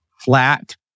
flat